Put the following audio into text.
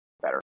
better